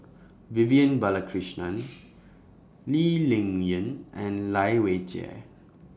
Vivian Balakrishnan Lee Ling Yen and Lai Weijie